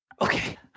Okay